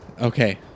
Okay